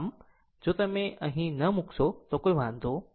આમ આમ જો તમે અહીં ન મૂકશો તો કોઈ વાંધો નથી